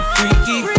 Freaky